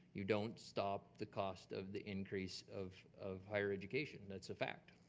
you don't stop the cost of the increase of of higher education, that's a fact.